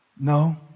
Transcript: No